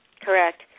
Correct